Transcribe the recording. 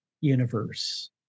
universe